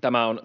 Tämä on